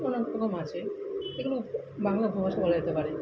অনেক রকম আছে এগুলো বাংলা উপভাষা বলা যেতে পারে